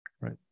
right